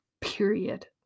Period